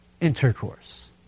intercourse